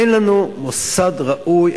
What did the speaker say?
אין לנו מוסד ראוי,